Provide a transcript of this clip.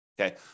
Okay